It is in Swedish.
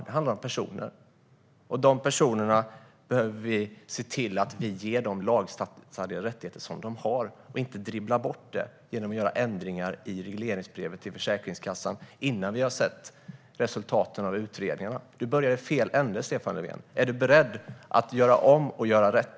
Det handlar om personer. Dessa personer behöver vi ge de lagstadgade rättigheter som de har. Vi får inte dribbla bort det genom att göra ändringar i regleringsbrevet till Försäkringskassan innan vi har sett resultaten av utredningarna. Du börjar i fel ände, Stefan Löfven. Är du beredd att göra om och göra rätt?